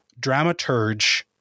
dramaturge